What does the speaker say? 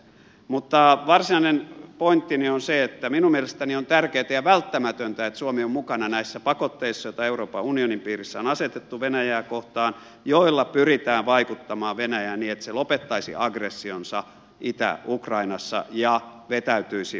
mutta varsinainen pointtini on se että minun mielestäni on tärkeätä ja välttämätöntä että suomi on mukana näissä pakotteissa joita euroopan unionin piirissä on asetettu venäjää kohtaan joilla pyritään vaikuttamaan venäjään niin että se lopettaisi aggressionsa itä ukrainassa ja vetäytyisi krimiltä